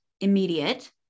immediate